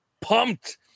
pumped